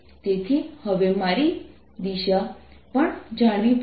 તેથી હવે મારે દિશા પણ જાણવી પડશે